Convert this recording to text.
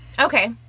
Okay